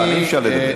אי-אפשר לדבר.